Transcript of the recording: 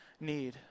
need